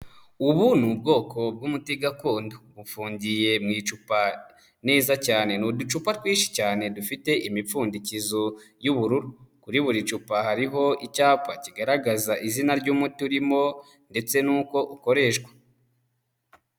Ubu ni ubwoko bw'umuti gakondo, bufungiye mu icupa neza cyane. Ni uducupa twinshi cyane dufite imipfundikizo y'ubururu. Kuri buri cupa hariho icyapa kigaragaza izina ry'umuti urimo ndetse n'uko ukoreshwa.